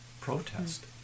protest